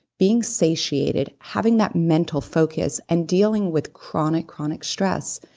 being satiated, having that mental focus and dealing with chronic, chronic stress.